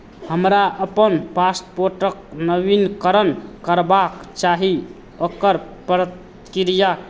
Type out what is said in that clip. हमरा अपन पासपोर्टक नवीनीकरण करबाक चाही ओकर प्रक्रिया